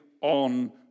on